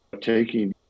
taking